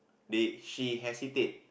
they she hesitate